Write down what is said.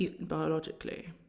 biologically